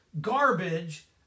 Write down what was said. garbage